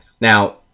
Now